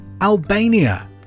Albania